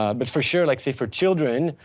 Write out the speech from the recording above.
um but for sure, like say for children,